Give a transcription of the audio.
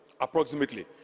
approximately